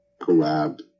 collab